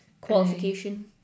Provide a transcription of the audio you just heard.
qualification